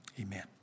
amen